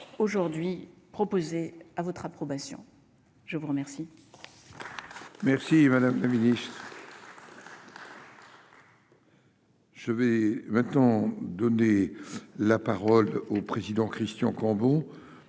aujourd'hui proposer à votre approbation, je vous remercie.